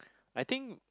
I think